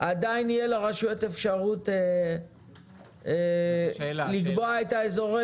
עדיין יהיה לרשויות אפשרות לקבוע את אזורי